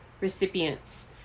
recipients